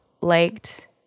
liked